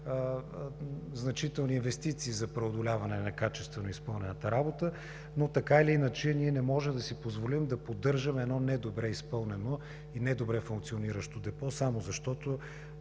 значителни инвестиции за преодоляване на некачествено изпълнената работа, но така или иначе, ние не можем да си позволим да поддържаме едно недобре изпълнено и недобре функциониращо депо само защото